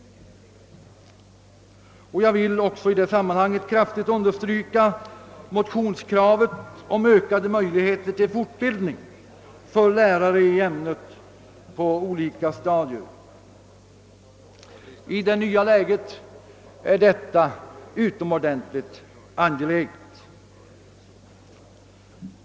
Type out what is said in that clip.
Jag vill i det sammanhanget kraftigt understryka motionskravet om ökade möjligheter till fortbildning för lärare i ämnet på olika stadier. I det nya läget är detta utomordentligt angeläget.